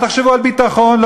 אל תחשבו על ביטחון,